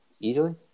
easily